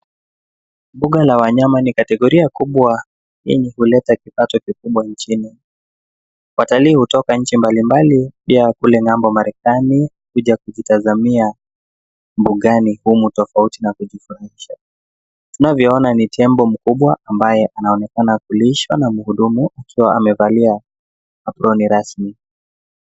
Buga la wanyama ni kategoria kubwa yenye kuleta kipato kikubwa nchini. Watalii hutoka nchi mbalimbali pia kule ng'ambo Marekani kuja kujitazamia mbugani humu tofauti na kujifurahisha. Tunavyoona ni tembo mkubwa ambaye anaonekana kulishwa na mhudumu akiwa amevalia aproni rasmi.